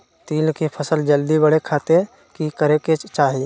तिल के फसल जल्दी बड़े खातिर की करे के चाही?